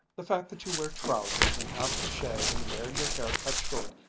the fact that you wear trousers and have to shave and wear your hair cut short,